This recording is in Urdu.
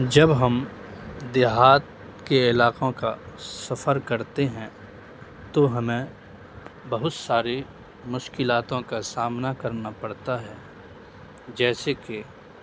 جب ہم دیہات کے علاقوں کا سفر کرتے ہیں تو ہمیں بہت ساری مشکلاتوں کا سامنا کرنا پڑتا ہے جیسے کہ